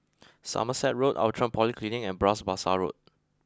Somerset Road Outram Polyclinic and Bras Basah Road